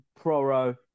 proro